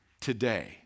today